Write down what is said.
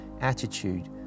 attitude